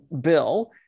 bill